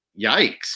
yikes